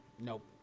Nope